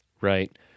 right